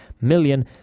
million